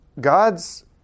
God's